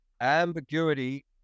ambiguity